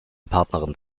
partnerin